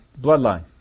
bloodline